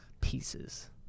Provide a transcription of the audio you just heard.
pieces